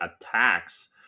attacks